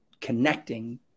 connecting